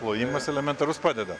plojimas elementarus padeda